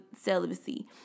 celibacy